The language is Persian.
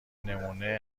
نمونه